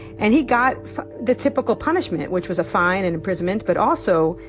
and he got the typical punishment, which was a fine and imprisonment. but also,